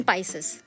Pisces